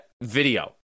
video